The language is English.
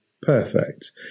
perfect